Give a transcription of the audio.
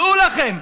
דעו לכם,